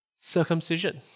circumcision